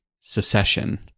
secession